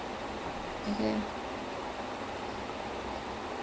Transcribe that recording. it's fully manipulation manipulation of the political system